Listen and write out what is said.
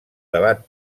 debat